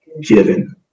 given